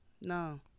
no